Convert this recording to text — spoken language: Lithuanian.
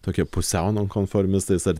tokie pusiau nonkonformistais ar